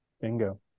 Bingo